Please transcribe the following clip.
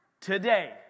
today